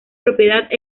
propiedad